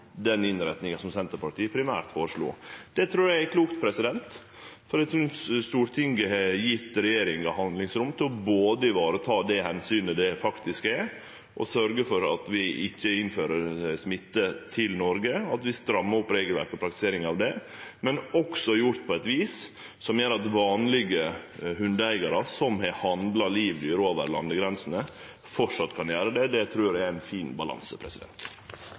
den innretninga som Senterpartiet primært føreslo. Det trur eg er klokt, for eg synest Stortinget har gjeve regjeringa handlingsrom til både å vareta det omsynet det er å sørgje for at vi ikkje innfører smitte til Noreg, og at vi strammar opp regelverket og praktiseringa av det – men på eit vis som gjer at vanlege hundeigarar, som har handla livdyr over landegrensene, framleis kan gjere det. Det trur eg er ein fin balanse.